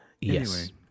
Yes